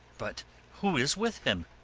but who is with him?